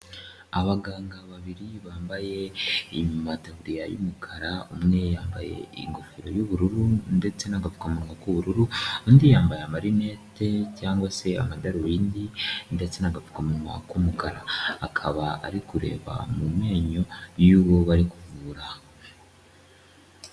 Abaganga babiri bambaye amataburiya y'umukara, umwe yambaye ingofero y'ubururu ndetse n'agapfukamunwa k'ubururu, undi yambaye amarinete cyangwa se amadarubindi, ndetse n'apfukamunwa k'umukara, akaba ari kureba mu menyo y'uwo bari kuvura.